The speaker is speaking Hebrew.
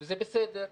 זה בסדר.